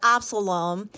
Absalom